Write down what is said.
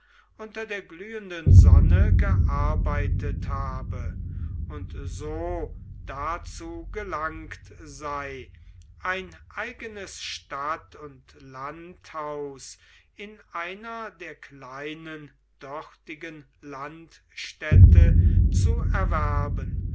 unter der glühenden sonne gearbeitet habe und so dazu gelangt sei ein eigenes stadt und landhaus in einer der kleinen dortigen landstädte zu erwerben